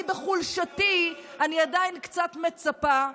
אולי בחולשתי אני עדיין קצת מצפה,